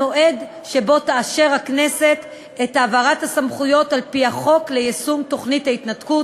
את הסמכויות הנתונות לו לפי חוק יישום תוכנית ההתנתקות,